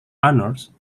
honors